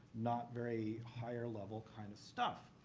not very higher-level kind of stuff.